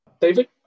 David